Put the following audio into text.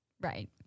right